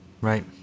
Right